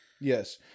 Yes